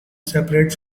separate